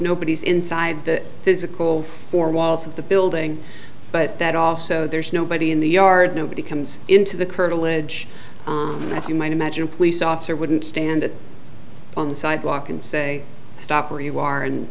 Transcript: nobody's inside the physical four walls of the building but that also there's nobody in the yard nobody comes into the curtilage as you might imagine police officer wouldn't stand on the sidewalk and say stop where you are and